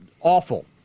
Awful